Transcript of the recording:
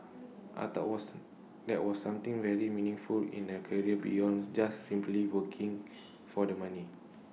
I thought was that was something very meaningful in A career beyond just simply working for the money